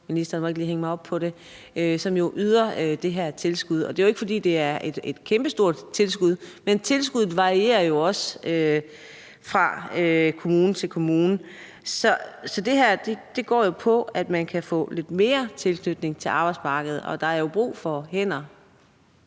– yder jo det her tilskud, og det er jo ikke, fordi det er et kæmpestort tilskud, men tilskuddet varierer også fra kommune til kommune. Så det her går på, at man kan få lidt mere tilknytning til arbejdsmarkedet, og der er jo brug for hænder.